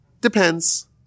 depends